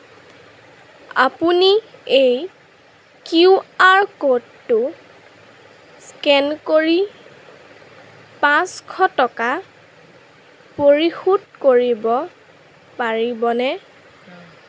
আপুনি এই Q R ক'ডটো স্কেন কৰি পাঁচ টকা পৰিশোধ কৰিব পাৰিবনে